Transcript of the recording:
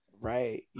Right